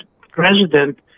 president